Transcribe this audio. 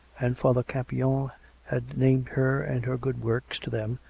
and father campion had named her and her good works, to them,